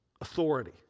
Authority